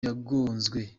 yagonzwe